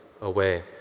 away